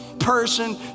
person